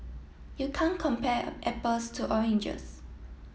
you can't compare apples to oranges